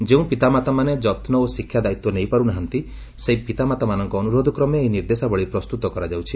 ଯେଉଁ ପିତାମାତାମାନେ ଯତ୍ନ ଓ ଶିକ୍ଷା ଦାୟିତ୍ୱ ନେଇପାରୁ ନାହାନ୍ତି ସେହି ପିତାମାତାମାନଙ୍କ ଅନୁରୋଧକ୍ରମେ ଏହି ନିର୍ଦ୍ଦେଶାବଳୀ ପ୍ରସ୍ତୁତ କରାଯାଉଛି